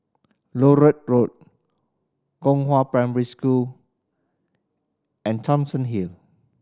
Larut Road Gongshang Primary School and Thomson Hill